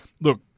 look